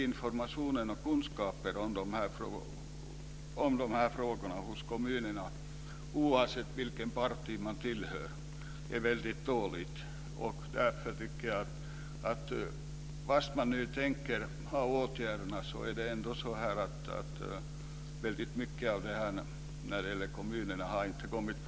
Informationen och kunskapen om dessa frågor hos kommunerna, oavsett vilken parti man tillhör, är väldigt dålig. Fast man nu tänker vidta åtgärder har väldigt mycket av detta inte kommit fram till kommunerna.